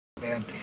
man